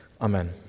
Amen